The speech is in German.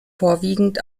vorwiegend